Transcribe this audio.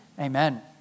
Amen